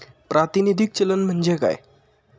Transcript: प्रातिनिधिक चलन म्हणजे काय?